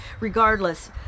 Regardless